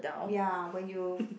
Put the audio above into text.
ya when you